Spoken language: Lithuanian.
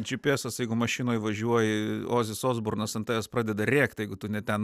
gps jeigu mašinoj važiuoji ozis osburnas ant tavęs pradeda rėkt jeigu tu ne ten